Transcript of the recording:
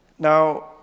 Now